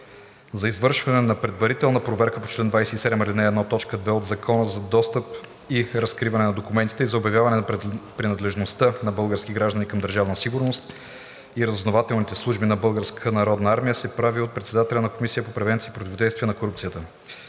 за извършване на предварителна проверка по чл. 27, ал. 1, т. 2 от Закона за достъп и разкриване на документите и за обявяване на принадлежност на български граждани към Държавна сигурност и разузнавателните служби на Българската народна армия се прави от председателя на Комисията по превенция и противодействие на корупцията.